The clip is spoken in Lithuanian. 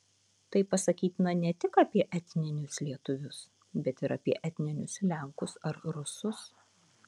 tai pasakytina ne tik apie etninius lietuvius bet ir apie etninius lenkus ar rusus